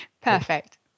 Perfect